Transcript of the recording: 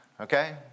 Okay